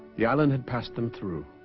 the island had passed them through